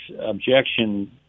objection